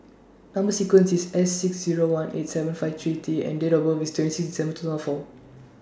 Number sequence IS S six Zero one eight seven five three T and Date of birth IS twenty six December two thousand four